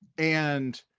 and